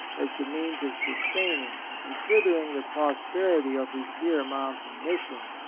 as the means of sustaining and fur thering the prosperity of his dear mountain mission,